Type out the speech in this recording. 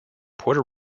puerto